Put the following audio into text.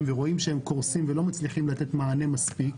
ורואים שהם קורסים ולא מצליחים לתת מענה מספיק,